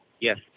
yes